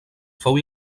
fou